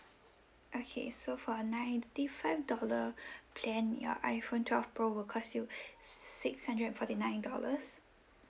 okay so for ninety five dollar plan your iphone twelve pro will cost you six hundred and forty nine dollars